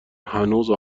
هنوز